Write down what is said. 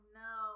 no